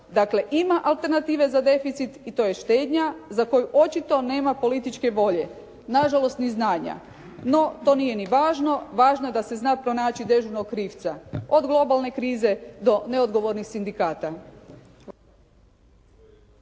Dakle, ima alternative za deficit i to je štednja za koju očito nema političke volje, nažalost ni znanja. No, to nije ni važno. Važno je da se zna pronaći dežurnog krivca, od globalne krize do neodgovornih sindikata.